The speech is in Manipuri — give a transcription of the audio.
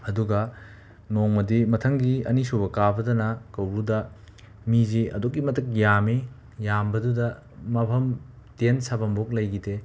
ꯑꯗꯨꯒ ꯅꯣꯡꯃꯗꯤ ꯃꯊꯪꯒꯤ ꯑꯅꯤꯁꯨꯕ ꯀꯥꯕꯗꯅ ꯀꯧꯕ꯭ꯔꯨꯗ ꯃꯤꯁꯦ ꯑꯗꯨꯛꯀꯤ ꯃꯇꯤꯛ ꯌꯥꯝꯃꯤ ꯌꯥꯝꯕꯗꯨꯗ ꯃꯐꯝ ꯇꯦꯟ ꯁꯥꯐꯐꯥꯎ ꯂꯩꯈꯤꯗꯦ